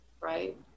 right